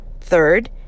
Third